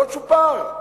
לא צ'ופר,